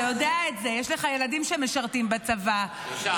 אתה יודע את זה, יש לך ילדים שמשרתים בצבא, שלושה.